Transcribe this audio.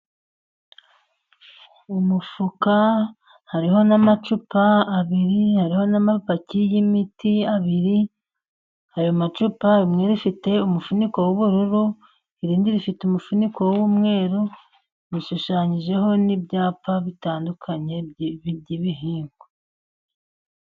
Umufuka hariho n'amacupa abiri, hariho n'amapaki y'imiti abiri, ayo macupa, rimwe rifite umufuniko w'ubururu, irindi rifite umufuniko w'umweru, rishushanyijeho n'ibyapa bitandukanye by'ibihingwa.